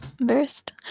embarrassed